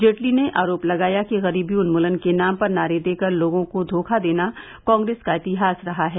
जेटली ने आरोप लगाया कि गरीबी उन्मूलन के नाम पर नारे देकर लोगों को धोखा देना कांग्रेस का इतिहास रहा है